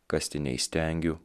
kasti neįstengiu